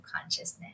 consciousness